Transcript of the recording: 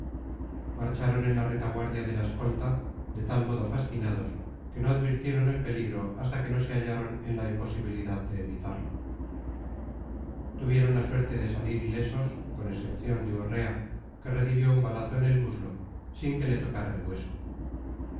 marcharon en la retaguardia de la escolta de tal modo fascinados que no advirtieron el peligro hasta que no se hallaron en la imposibilidad de evitarlo tuvieron la suerte de salir ilesos con excepción de urrea que recibió un balazo en el muslo sin que le tocara el hueso